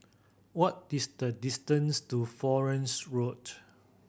what is the distance to Florence Road